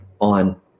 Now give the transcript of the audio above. on